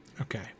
okay